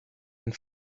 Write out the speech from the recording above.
and